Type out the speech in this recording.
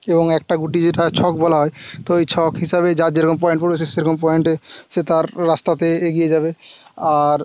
এবং একটা গুটি যেটা ছক বলা হয় তো এই ছক হিসাবে যার যে রকম পয়েন্ট পড়বে সে সে রকম পয়েন্টে সে তার রাস্তাতে এগিয়ে যাবে আর